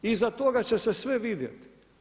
Iza toga će se sve vidjeti.